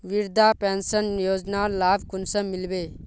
वृद्धा पेंशन योजनार लाभ कुंसम मिलबे?